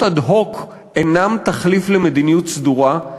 אד-הוק אינם תחליף למדיניות סדורה"?